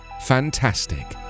fantastic